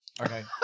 Okay